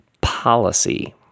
policy